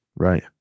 Right